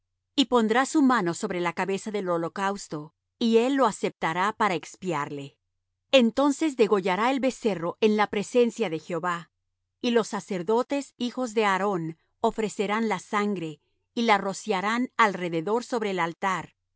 y pondrá su mano sobre la cabeza del holocausto y él lo aceptará para expiarle entonces degollará el becerro en la presencia de jehová y los sacerdotes hijos de aarón ofrecerán la sangre y la rociarán alrededor sobre el altar